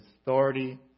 authority